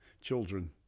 children